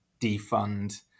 defund